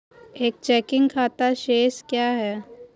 एक चेकिंग खाता शेष क्या है?